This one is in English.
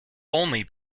only